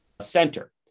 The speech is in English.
center